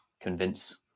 convince